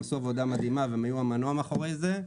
הם עשו עבודה מדהימה והם היו המנוע מאחורי זה.